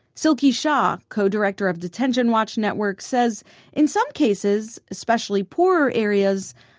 silky shah, co-director of detention watch network, said in some cases, especially poorer areas,